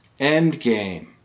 Endgame